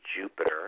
Jupiter